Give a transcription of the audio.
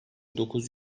dokuz